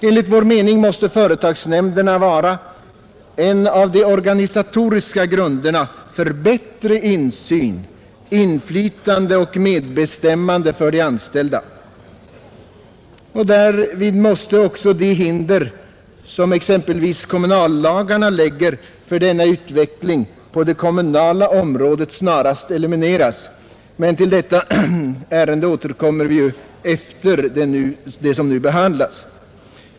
Enligt vår mening måste företagsnämnderna vara en av de organisatoriska grunderna för bättre insyn, inflytande och medbestämmande för de anställda. Därvid måste också de hinder som exempelvis kommunallagarna lägger för denna utveckling på det kommunala området snarast elimineras. Men till detta ärende återkommer vi ju efter det ärende som nu behandlas.